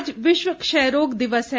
आज विश्व क्षय रोग दिवस है